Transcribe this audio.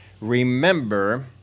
Remember